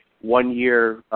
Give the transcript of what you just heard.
one-year